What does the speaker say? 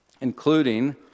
including